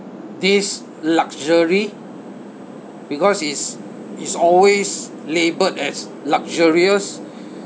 this luxury because it's it's always labelled as luxurious